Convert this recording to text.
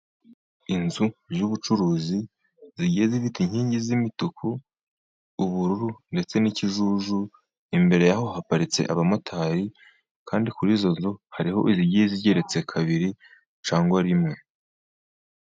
Inzu z'ubucuruzi zigiye zifite inkingi z'imituku, ubururu ndetse n'ikijuju, imbere yaho haparitse abamotari, kandi kuri i zo nzu hariho izigiye zigeretse kabiri icyarimwe.